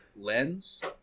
lens